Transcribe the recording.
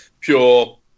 pure